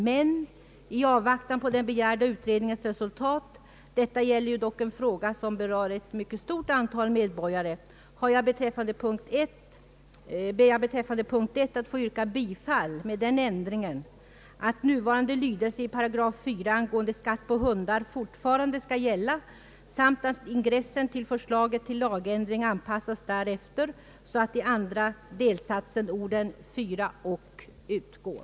Men i avvaktan på den begärda utredningens resultat — detta gäller ju dock en fråga som berör ett mycket stort antal medborgare ber jag beträffande punkten 1 att få yrka bifall med den ändringen, att nuvarande lydelse av 4 § i förordningen angående skatt för hundar fortfarande skall gälla samt att ingressen till förslaget om lagändring anpassas därefter så att i andra delsatsen orden »4 och» utgår.